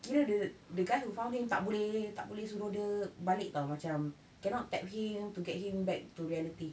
kira the the guy who found him tak boleh tak boleh suruh dia balik [tau] macam cannot tap him to get him back to reality